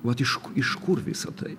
vat iš iš kur visa tai